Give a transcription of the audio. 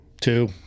Two